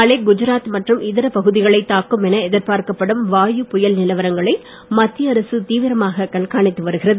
நாளை குஜராத் மற்றும் இதர பகுதிகளை தாக்கும் என எதிர்பார்க்கப்படும் வாயு புயல் நிலவரங்களை மத்திய அரசு தீவிரமாக கண்காணித்து வருகிறது